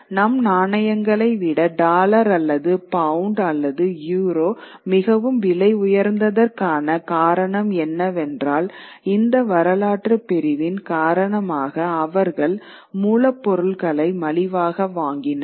நம் நாணயங்களை விட டாலர் அல்லது பவுண்டு அல்லது யூரோ மிகவும் விலை உயர்ந்ததற்கான காரணம் என்னவென்றால் இந்த வரலாற்றுப் பிரிவின் காரணமாக அவர்கள் மூலப்பொருட்களை மலிவாக வாங்கினர்